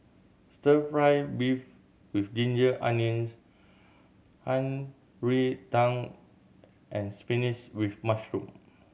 Stir Fry beef with ginger onions Shan Rui Tang and spinach with mushroom